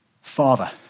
Father